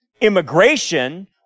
immigration